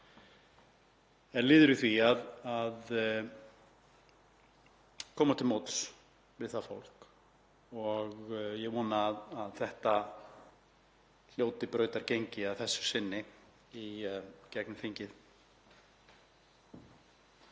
er liður í því að koma til móts við það fólk og ég vona að það hljóti brautargengi að þessu sinni í gegnum þingið.